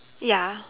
ya